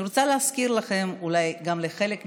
אני רוצה להזכיר לכם, אולי לחלק מכם,